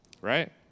right